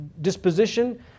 Disposition